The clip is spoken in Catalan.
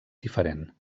diferent